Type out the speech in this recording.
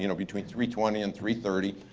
you know between three twenty and three thirty,